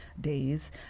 days